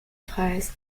phrase